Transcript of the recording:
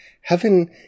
Heaven